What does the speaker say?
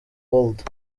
world